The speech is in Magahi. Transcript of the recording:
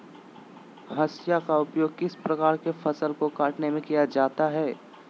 हाशिया का उपयोग किस प्रकार के फसल को कटने में किया जाता है?